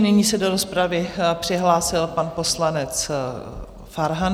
Nyní se do rozpravy přihlásil pan poslanec Farhan.